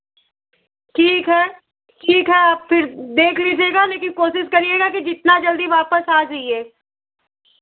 ठीक है ठीक है आप फिर देख लीजिएगा लेकिन कोशिश करिएगा कि जितना जल्दी वापस आ जईए